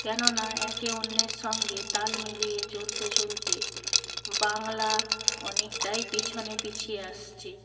কেননা একে অন্যের সঙ্গে তাল মিলিয়ে চলতে চলতে বাংলা অনেকটাই পিছনে পিছিয়ে আসছে